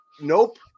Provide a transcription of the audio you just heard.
nope